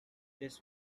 this